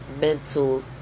mental